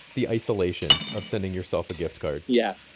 the isolation of sending yourself a gift card yeah